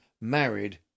married